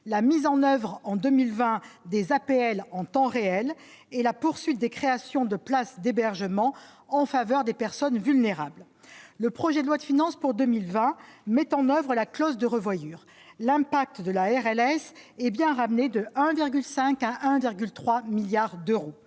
la mise en oeuvre en 2020 des APL en temps réel et la poursuite des créations de places d'hébergement en faveur des personnes vulnérables, le projet de loi de finances pour 2020 mettent en oeuvre la clause de revoyure l'impact de la RLS hé bien ramené de 1,5 à 1,3 milliards d'euros